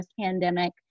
pandemic